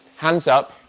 hands up,